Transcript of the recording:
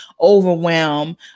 overwhelm